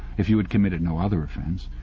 if you had committed no other offence.